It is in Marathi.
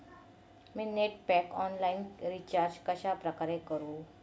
मी नेट पॅक ऑनलाईन रिचार्ज कशाप्रकारे करु?